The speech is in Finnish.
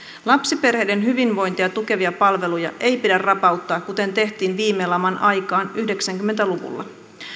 lapsiperheiden hyvinvointia tukevia palveluja ei pidä rapauttaa kuten tehtiin viime laman aikaan yhdeksänkymmentä luvulla